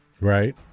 Right